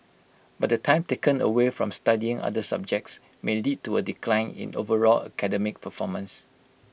but the time taken away from studying other subjects may lead to A decline in overall academic performance